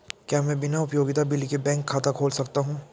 क्या मैं बिना उपयोगिता बिल के बैंक खाता खोल सकता हूँ?